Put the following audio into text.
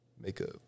makeup